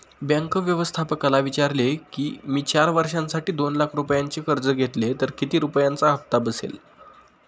bank व्यवस्थापकाला विचारले किती की, मी चार वर्षांसाठी दोन लाख रुपयांचे कर्ज घेतले तर किती रुपयांचा हप्ता बसेल